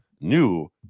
New